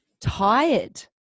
tired